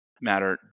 matter